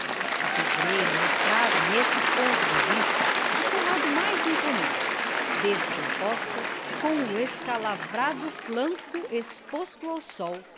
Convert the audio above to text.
a pedreira mostrava nesse ponto de vista o seu lado mais imponente descomposta com o escalavrado flanco exposto ao sol